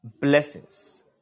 blessings